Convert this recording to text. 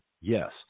yes